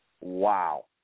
Wow